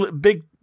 big